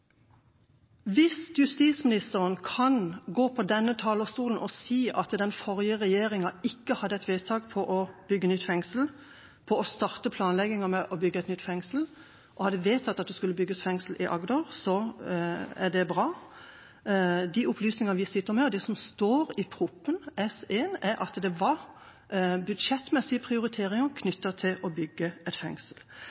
Hvis justisministeren kan gå på denne talerstolen og si at den forrige regjeringa ikke hadde et vedtak på å bygge nytt fengsel, på å starte planleggingen med å bygge et nytt fengsel, og hadde vedtatt at det skulle bygges fengsel i Agder, er det bra. De opplysningene vi sitter med, og det som står i Prop. 1 S, er at det var budsjettmessige prioriteringer